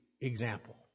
example